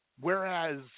whereas –